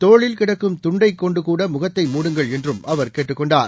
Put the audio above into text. தோளில் கிடக்கும் துண்டைகொண்டுகூடமுகத்தை மூடுங்கள் என்றும் அவர் கேட்டுக் கொண்டார்